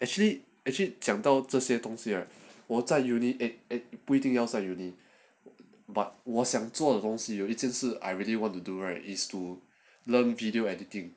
actually actually 讲到这些东西我在 university eh eh 不一定要在 university but 我想做的东西有一件事 I really want to do right is to learn video editing